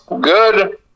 Good